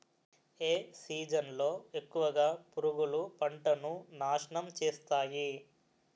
ఏ season లో ఎక్కువుగా పురుగులు పంటను నాశనం చేస్తాయి?